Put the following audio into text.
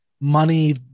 money